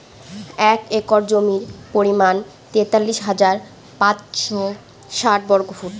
এক একর জমির পরিমাণ তেতাল্লিশ হাজার পাঁচশ ষাট বর্গফুট